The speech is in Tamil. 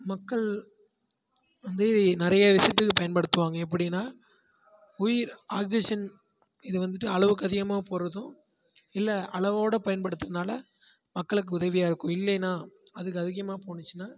மக்கள் வந்து நிறைய விஷயத்துக்கு பயன்படுத்துவாங்க எப்படின்னா உயிர் ஆக்சிஜன் இது வந்துட்டு அளவுக்கு அதிகமாக போகிறதும் இல்லை அளவோட பயன்படுத்திறதுனால மக்களுக்கு உதவியாக இருக்கும் இல்லைனா அதுக்கு அதிகமாக போனுச்சினா